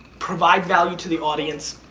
provide value to the audience.